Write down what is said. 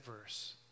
verse